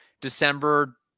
December